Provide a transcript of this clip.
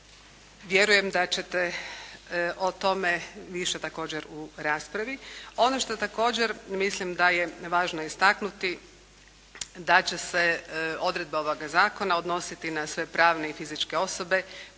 Vjerujem da ćete o tome više također u raspravi. Ono što također mislim da je važno istaknuti da će se odredbe ovoga zakona odnositi na sve pravne i fizičke osobe